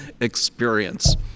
experience